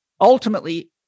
ultimately